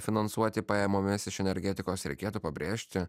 finansuoti pajamomis iš energetikos reikėtų pabrėžti